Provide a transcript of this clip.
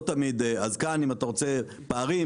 אז כאן, אם אתה רוצה פערים,